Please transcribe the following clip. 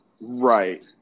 right